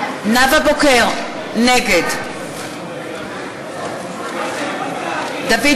בוקר, נגד דוד